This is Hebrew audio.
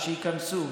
שייכנסו,